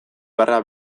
beharra